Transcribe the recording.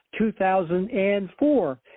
2004